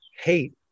hate